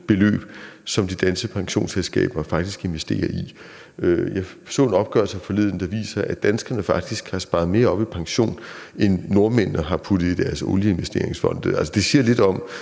beløb, som de danske pensionsselskaber faktisk investerer. Jeg så en opgørelse forleden, der viser, at danskerne har sparet mere op i pension, end nordmændene har puttet i deres olieinvesteringsfonde. Altså, det siger lidt om,